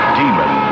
demon